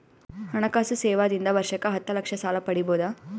ಹಣಕಾಸು ಸೇವಾ ದಿಂದ ವರ್ಷಕ್ಕ ಹತ್ತ ಲಕ್ಷ ಸಾಲ ಪಡಿಬೋದ?